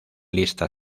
lista